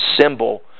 symbol